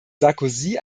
sarkozy